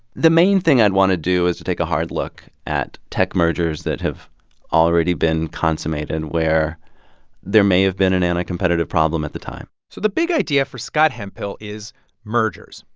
the main thing i'd want to do is to take a hard look at tech mergers that have already been consummated where there may have been an anti-competitive problem at the time so the big idea for scott hemphill is mergers.